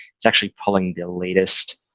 it's actually pulling the latest